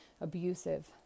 abusive